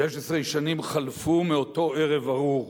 16 שנים חלפו מאותו ערב ארור.